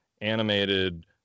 animated